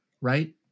right